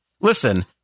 Listen